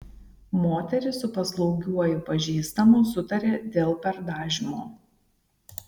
moteris su paslaugiuoju pažįstamu sutarė dėl perdažymo